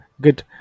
Good